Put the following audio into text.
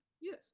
Yes